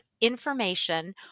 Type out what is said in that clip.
information